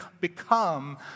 become